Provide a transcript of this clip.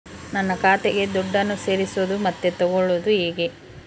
ನನ್ನ ಖಾತೆಗೆ ದುಡ್ಡನ್ನು ಸೇರಿಸೋದು ಮತ್ತೆ ತಗೊಳ್ಳೋದು ಹೇಗೆ?